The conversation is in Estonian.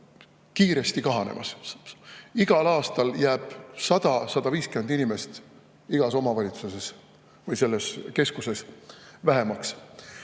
kiiresti kahanemas. Igal aastal jääb 100–150 inimest igas omavalitsuses või selles keskuses vähemaks.